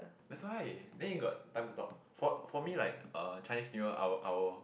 that's why then you got time to talk for for me like uh Chinese New Year our our